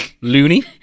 Loony